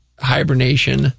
hibernation